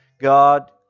God